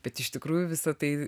bet iš tikrųjų visa tai